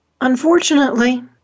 unfortunately